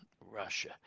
russia